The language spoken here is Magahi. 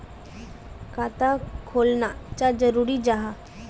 खाता खोलना चाँ जरुरी जाहा?